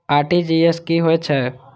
RTGS की होय छै